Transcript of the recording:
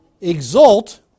exult